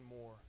more